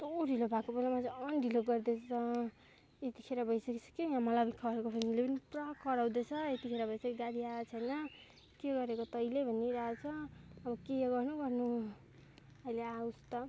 कस्तो ढिलो भएको बेलामा चाहिँ झन् ढिलो गर्दैछ यतिखेर भइ सकिसक्यो यहाँ मलाई घरको फेमिलीले पनि पुरा कराउँदैछ यतिखेर भइसक्यो गाडी आएको छैन के गरेको तैँले भनिरहेछ अब के गर्नु गर्नु अहिले आओस् त